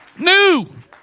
new